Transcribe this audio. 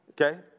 Okay